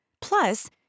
Plus